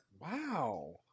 Wow